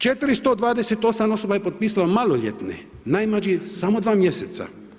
428 osoba je potpisalo maloljetne, najmlađi samo 2 mjeseca.